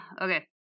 okay